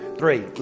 three